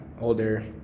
older